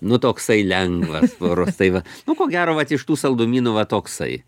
nu toksai lengvas purus tai va nu ko gero vat iš tų saldumynų va toksai